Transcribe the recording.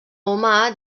humà